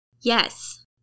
Yes